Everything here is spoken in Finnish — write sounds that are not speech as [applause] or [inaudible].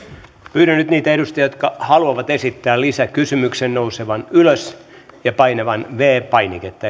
pyydän niitä edustajia jotka haluavat esittää lisäkysymyksen nousemaan ylös ja painamaan viides painiketta [unintelligible]